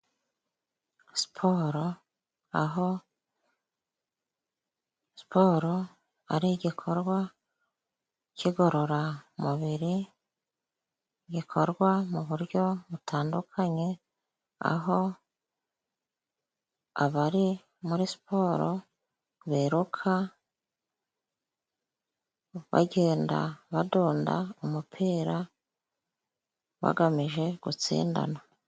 Siporo aho siporo ari igikorwa kigororamubiri gikorwa mu buryo butandukanye aho abari muri siporo biruka bagenda badunda umupira bagamije gutsindana.